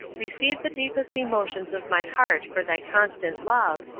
receive the deepest emotions of my heart for thy constant love,